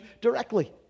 directly